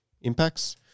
impacts